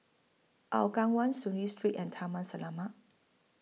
Hougang one Soon Lee Street and Taman Selamat